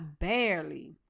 barely